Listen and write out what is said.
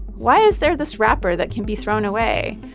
why is there this wrapper that can be thrown away?